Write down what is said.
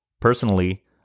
Personally